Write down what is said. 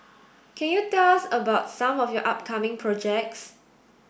can you tell us about some of your upcoming projects